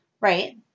Right